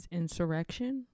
insurrection